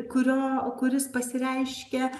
kurio kuris pasireiškia